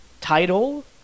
title